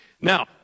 Now